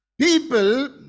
People